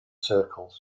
circles